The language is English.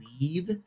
leave